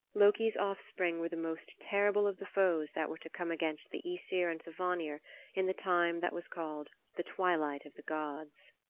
loki's offspring were the most terrible of the foes that were to come against the aesir and the vanir in the time that was called the twilight of the gods.